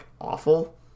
awful